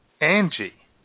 Angie